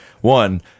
One